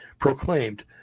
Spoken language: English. proclaimed